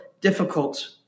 difficult